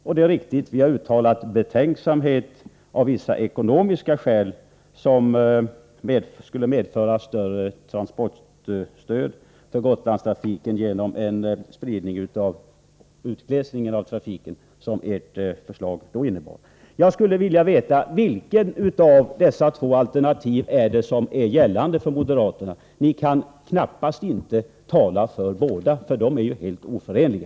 Vi har uttalat betänksamhet vad gäller utökad färjetrafik av vissa ekonomiska skäl. Den utglesning av trafiken som ert förslag då innebar skulle nämligen medföra ett ökat behov av transportstöd till Gotlandstrafiken. Jag skulle vilja fråga: Vilket av alternativen är gällande för moderaterna? Ni kan knappast tala för båda, eftersom de är oförenliga.